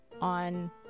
on